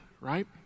right